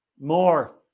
More